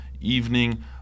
evening